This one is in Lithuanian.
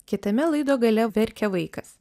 kitame laido gale verkia vaikas